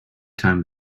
time